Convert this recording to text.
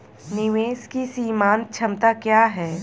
निवेश की सीमांत क्षमता क्या है?